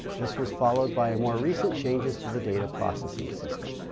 this was followed by more recent changes to the data processing system.